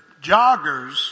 joggers